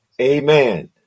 amen